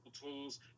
tools